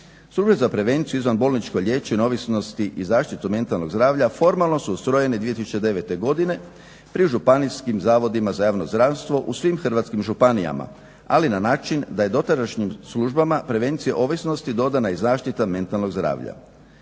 Službe za prevenciju i izvan bolničko liječenje ovisnosti i zaštitu mentalnog zdravlja formalno su ustrojene 2009. godine pri županijskim Zavodima za javno zdravstvo u svim Hrvatskim županijama, ali na način da je dotadašnjim službama prevencije ovisnosti dodana i zaštita mentalnog zdravlja.